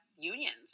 unions